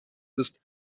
ist